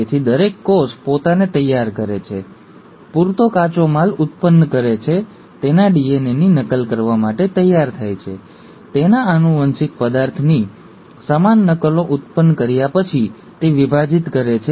તેથી દરેક કોષ પોતાને તૈયાર કરે છે પૂરતો કાચો માલ ઉત્પન્ન કરે છે તેના ડીએનએની નકલ કરવા માટે તૈયાર થાય છે તેના આનુવંશિક પદાર્થની સમાન નકલો ઉત્પન્ન કર્યા પછી તે વિભાજિત કરે છે